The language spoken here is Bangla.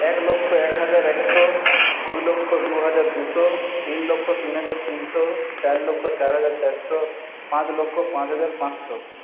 এক লক্ষ একহাজার একশো দুই লক্ষ দুহাজার দুশো তিন লক্ষ তিন হাজার তিনশো চার লক্ষ চার হাজার চারশো পাঁচ লক্ষ পাঁচ হাজার পাঁচশো